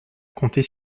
comptez